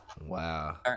Wow